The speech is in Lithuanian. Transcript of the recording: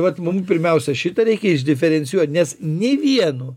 vat mum pirmiausia šitą reikia išdiferencijuot nes nei vienu